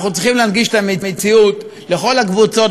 אנחנו צריכים להנגיש את המציאות לכל הקבוצות